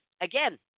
Again